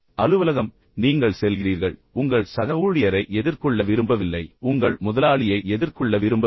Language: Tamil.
அலுவலகம் மீண்டும் நீங்கள் செல்கிறீர்கள் உங்கள் சக ஊழியரை எதிர்கொள்ள நீங்கள் நீங்கள் விரும்பவில்லை உங்கள் முதலாளியை எதிர்கொள்ள விரும்பவில்லை